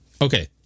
Okay